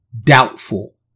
doubtful